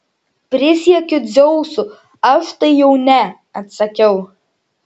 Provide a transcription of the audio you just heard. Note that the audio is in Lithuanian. prisiekiu dzeusu aš tai jau ne atsakiau